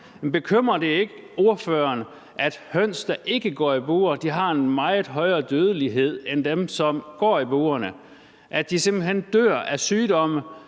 Bekymrer det ikke ordføreren, at høns, der ikke går i bure, har en meget højere dødelighed end dem, som går i bure, at de simpelt hen dør af sygdomme,